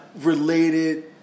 related